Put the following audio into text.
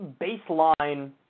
baseline